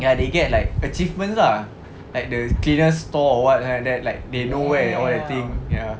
ya they get like achievements ah like the cleanest store or what like that they know where and all the thing ya